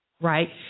right